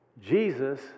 Jesus